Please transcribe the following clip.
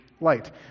light